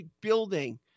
building